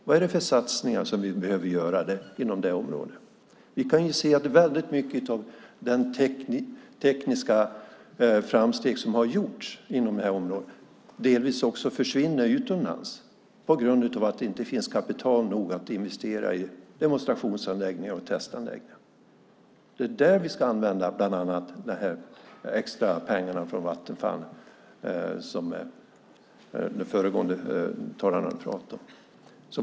Vad är det för satsningar som vi behöver göra inom detta område? Vi kan se att många av de tekniska framsteg som har gjorts inom detta område delvis försvinner utomlands på grund av att det inte finns kapital nog att investera i demonstrationsanläggningar och testanläggningar. Det är bland annat där som vi ska använda de extra pengarna från Vattenfall, som den föregående talaren pratade om.